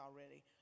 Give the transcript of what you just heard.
already